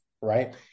right